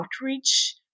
outreach